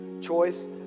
choice